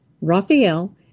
Raphael